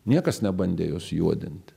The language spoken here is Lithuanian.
niekas nebandė jos juodint